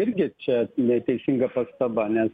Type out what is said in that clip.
irgi čia neteisinga pastaba nes